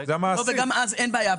גם אז אין בעיה.